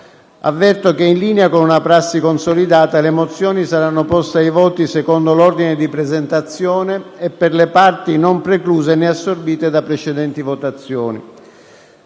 avverto che, in linea con una prassi consolidata, le mozioni saranno poste ai voti secondo l'ordine di presentazione e per le parti non precluse né assorbite da precedenti votazioni.